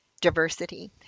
diversity